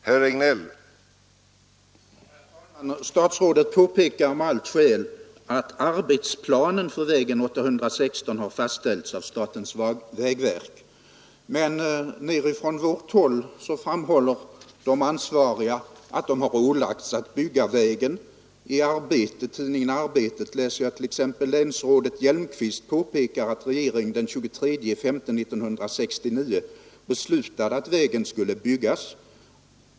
Herr talman! Statsrådet påpekar med allt skäl att arbetsplanen för väg 816 har fastställts av statens vägverk. De ansvariga framhåller emellertid att de ålagts att bygga vägen. I tidningen Arbetet påpekar länsrådet Hjelmqvist att regeringen den 23 maj 1969 beslutade att vägen skulle byggas.